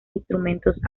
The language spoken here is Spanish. instrumentos